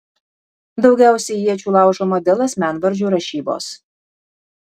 daugiausiai iečių laužoma dėl asmenvardžių rašybos